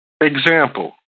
Example